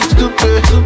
Stupid